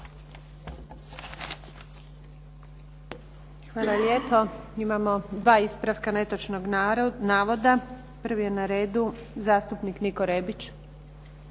Hvala lijepo. Imamo dva ispravka netočnog navoda. Prvi je na redu zastupnik Niko Rebić.